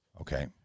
Okay